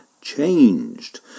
changed